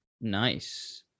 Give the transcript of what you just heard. nice